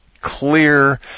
clear